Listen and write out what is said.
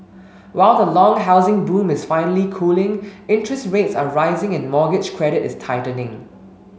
while the long housing boom is finally cooling interest rates are rising and mortgage credit is tightening